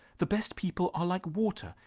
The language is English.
the best people are like water,